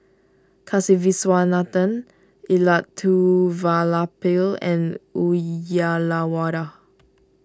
Kasiviswanathan Elattuvalapil and Uyyalawada